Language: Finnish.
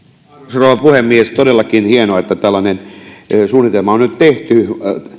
rouva puhemies todellakin on hienoa että tällainen järjestelmäsuunnitelma on nyt tehty